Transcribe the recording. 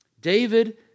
David